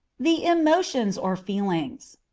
the emotions or feelings.